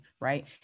right